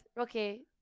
okay